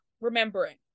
remembering